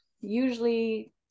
usually